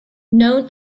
known